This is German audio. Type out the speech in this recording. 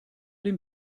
dem